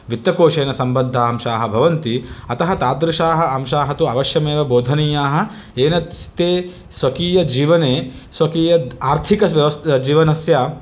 वित्तकोशेन सम्बद्धा अंशाः भवन्ति अतः तादृशाः अंशाः तु अवश्यमेव बोधनीयाः येन स्ते स्वकीयजीवने स्वकीय आर्थिकव्यवस् जीवनस्य